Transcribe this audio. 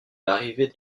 l’arrivée